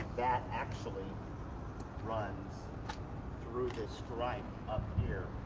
that actually runs through this stripe up here.